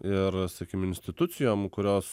ir sakykim institucijom kurios